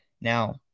now